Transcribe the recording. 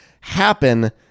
happen